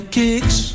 kicks